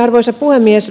arvoisa puhemies